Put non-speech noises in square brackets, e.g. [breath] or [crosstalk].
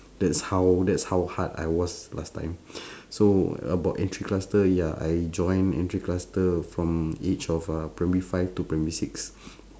that's how that's how hard I was last time [breath] so about entry cluster ya I joined entry cluster from age of uh primary five to primary six [breath]